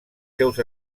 seus